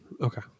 Okay